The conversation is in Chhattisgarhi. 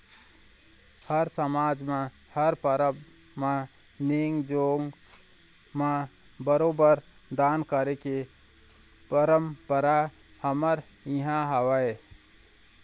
हर समाज म हर परब म नेंग जोंग म बरोबर दान करे के परंपरा हमर इहाँ हवय